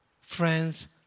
friends